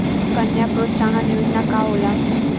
कन्या प्रोत्साहन योजना का होला?